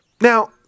Now